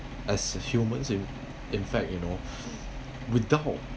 as a human in in fact you know without